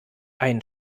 ein